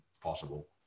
possible